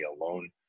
alone